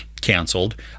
canceled